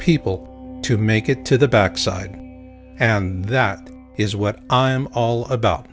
people to make it to the back side and that is what i am all about